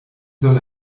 soll